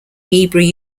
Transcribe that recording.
hebrew